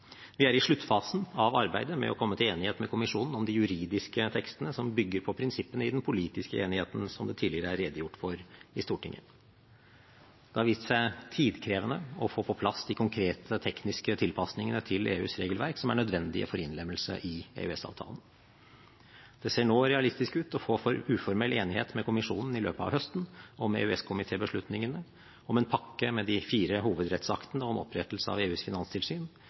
Vi er i sluttfasen av arbeidet med å komme til enighet med kommisjonen om de juridiske tekstene som bygger på prinsippene i den politiske enigheten som tidligere er redegjort for i Stortinget. Det har vist seg tidkrevende å få på plass de konkrete, tekniske tilpasningene til EUs regelverk som er nødvendige for innlemmelse i EØS-avtalen. Det synes nå realistisk å få uformell enighet med kommisjonen i løpet av høsten om EØS-komitébeslutningene om en pakke med de fire hovedrettsaktene om opprettelse av EUs finanstilsyn,